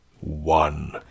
One